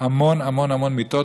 המון המון המון מיטות,